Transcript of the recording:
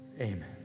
amen